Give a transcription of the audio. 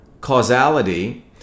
causality